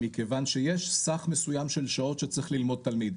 מכיוון שיש סך מסוים של שעות שצריך ללמוד תלמיד.